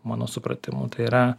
mano supratimu tai yra